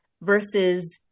versus